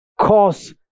cause